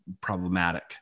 problematic